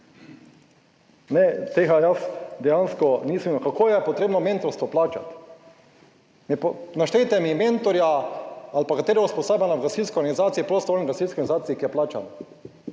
Ne, tega jaz dejansko nisem… Kako je potrebno mentorstvo plačati? Naštejte mi mentorja ali pa katere usposabljanje v gasilski organizaciji prostovoljni gasilski organizaciji ki je plačan?